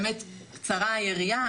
באמת קצרה היריעה,